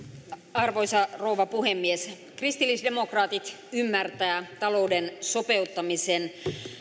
arvoisa rouva puhemies kristillisdemokraatit ymmärtävät talouden sopeuttamisen